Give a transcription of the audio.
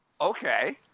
Okay